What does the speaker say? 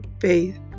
faith